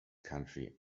country